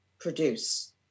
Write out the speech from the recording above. produce